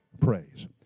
praise